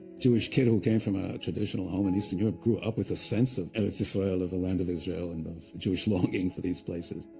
jewish kid who came from a traditional home in eastern europe grew up with a sense of eretz yisrael, of the land of israel, and of the jewish longing for these places.